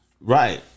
Right